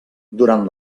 durant